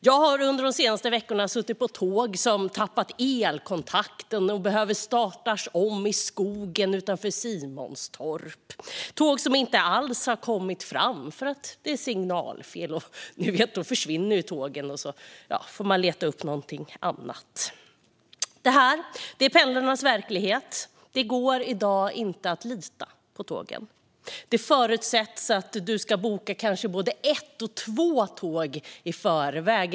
Jag har under de senaste veckorna suttit på tåg som tappat elkontakten och behövt startas om i skogen utanför Simonstorp, liksom tåg som inte alls har kommit fram för att det varit signalfel. Då försvinner ju tågen, som ni vet, och så får man leta upp någonting annat. Detta är pendlarnas verklighet. Det går i dag inte att lita på tågen. Det förutsätts att du ska boka kanske både ett och två tåg i förväg.